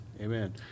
Amen